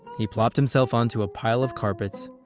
he plopped himself onto a pile of carpets,